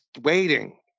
waiting